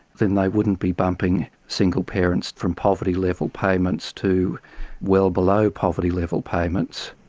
then they wouldn't be bumping single parents from poverty-level payments to well below poverty-level payments.